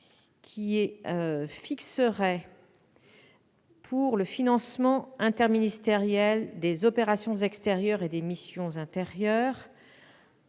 qui fixerait, pour le financement interministériel des opérations extérieures et des missions intérieures,